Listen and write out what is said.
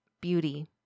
beauty